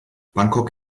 bangkok